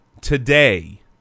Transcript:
today